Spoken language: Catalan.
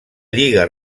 lliga